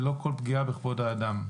ללא כל פגיעה בכבוד האדם.